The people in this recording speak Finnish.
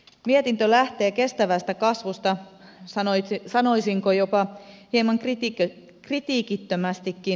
mietintö lähtee liikkeelle kestävästä kasvusta sanoisinko jopa hieman kritiikittömästikin